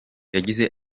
yagize